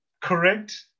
correct